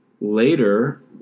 later